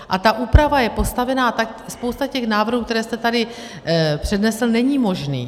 A ta úprava je postavena tak... spousta těch návrhů, které jste tady přednesl, není možných.